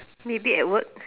maybe at work